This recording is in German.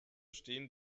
stehen